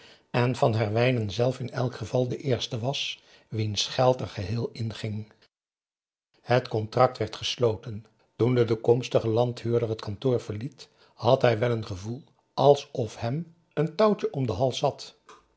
en van herwijnen zelf in elk geval de eerste was wiens geld er geheel in ging het contract werd gesloten toen de toekomstige landhuurder het kantoor verliet had hij wel een gevoel alsof hem een touwtje om den hals zat